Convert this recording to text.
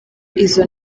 izo